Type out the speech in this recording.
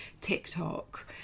TikTok